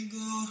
go